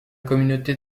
communauté